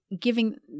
giving